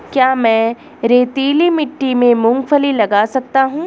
क्या मैं रेतीली मिट्टी में मूँगफली लगा सकता हूँ?